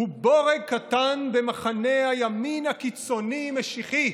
הוא בורג קטן במחנה הימין הקיצוני-משיחי,